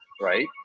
Right